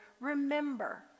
Remember